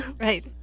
right